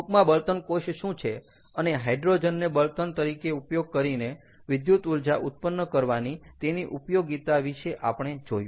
ટૂંકમાં બળતણ કોષ શું છે અને હાઇડ્રોજનને બળતણ તરીકે ઉપયોગ કરીને વિદ્યુત ઊર્જા ઉત્પન્ન કરવાની તેની ઉપયોગિતા વિશે આપણે જોયું